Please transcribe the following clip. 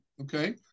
okay